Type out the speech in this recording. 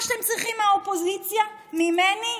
מה שאתם צריכים מהאופוזיציה, ממני,